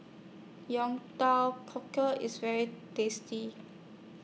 Teow Cockles IS very tasty